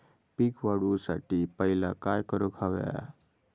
पीक वाढवुसाठी पहिला काय करूक हव्या?